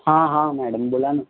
हां हां मॅडम बोला नं